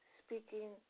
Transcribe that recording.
speaking